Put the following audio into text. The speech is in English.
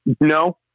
No